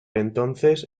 entonces